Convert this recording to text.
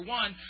one